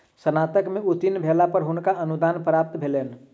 स्नातक में उत्तीर्ण भेला पर हुनका अनुदान प्राप्त भेलैन